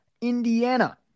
indiana